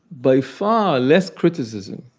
by far, less criticism.